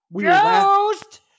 Ghost